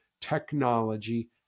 technology